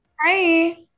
Hi